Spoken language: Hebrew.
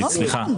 סליחה,